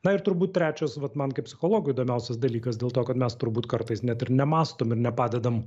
na ir turbūt trečias vat man kaip psichologo įdomiausias dalykas dėl to kad mes turbūt kartais net ir nemąstom ir nepadedam